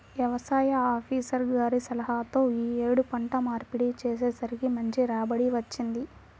యవసాయ ఆపీసర్ గారి సలహాతో యీ యేడు పంట మార్పిడి చేసేసరికి మంచి రాబడి వచ్చింది